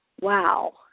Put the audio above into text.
wow